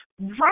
Right